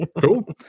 cool